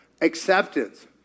acceptance